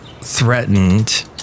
threatened